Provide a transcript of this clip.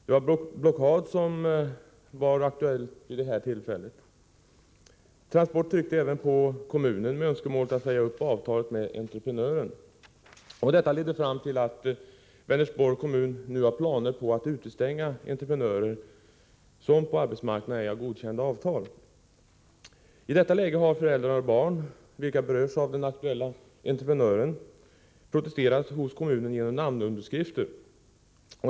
Det var blockad som var aktuellt vid det tillfället. Transport utövade även påtryckningar på kommunen för att åstadkomma att avtalet med entreprenören sades upp. Detta ledde fram till att Vänersborgs kommun nu har planer på att utestänga entreprenörer som på arbetsmarknaden ej har godkända avtal. I detta läge har föräldrar och barn, vilka berörs av den aktuella entreprenörens verksamhet, protesterat hos kommunen genom namninsamling.